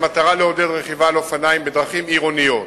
במטרה לעודד רכיבה על אופניים בדרכים עירוניות,